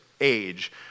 age